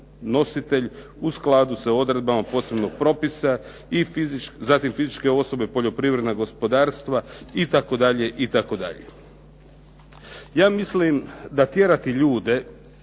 nositelj u skladu s odredbama poslovnog propisa i zatim fizičke osobe, poljoprivredna gospodarstva itd., itd. Ja mislim da tjerati ljude,